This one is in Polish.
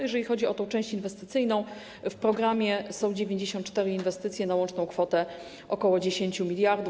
Jeżeli chodzi o tę część inwestycyjną, to w programie są 94 inwestycje na łączną kwotę ok. 10 mld.